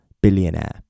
billionaire